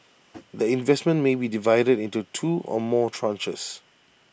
the investment may be divided into two or more tranches